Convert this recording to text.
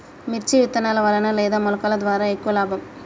మిర్చి విత్తనాల వలన లేదా మొలకల ద్వారా ఎక్కువ లాభం?